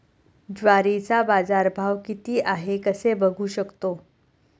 ज्वारीचा बाजारभाव किती आहे कसे बघू शकतो?